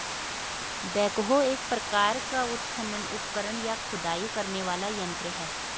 backhoe एक प्रकार का उत्खनन उपकरण, या खुदाई करने वाला यंत्र है